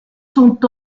sont